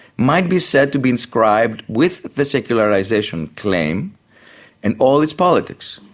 might be said to be inscribed with the secularisation claim and all its politics,